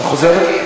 אתה חוזר?